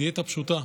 דיאטה פשוטה: